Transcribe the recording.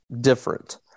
different